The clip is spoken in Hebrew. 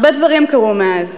הרבה דברים קרו מאז.